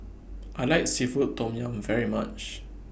I like Seafood Tom Yum very much